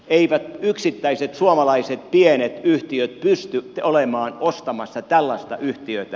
eivät yksittäiset suomalaiset pienet yhtiöt pysty olemaan ostamassa tällaista yhtiötä